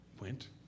went